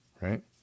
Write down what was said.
right